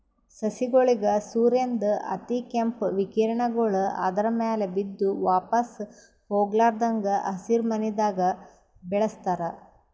ಸಸಿಗೋಳಿಗ್ ಸೂರ್ಯನ್ದ್ ಅತಿಕೇಂಪ್ ವಿಕಿರಣಗೊಳ್ ಆದ್ರ ಮ್ಯಾಲ್ ಬಿದ್ದು ವಾಪಾಸ್ ಹೊಗ್ಲಾರದಂಗ್ ಹಸಿರಿಮನೆದಾಗ ಬೆಳಸ್ತಾರ್